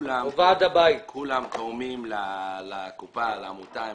כולם תורמים לקופה, לעמותה,